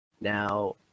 Now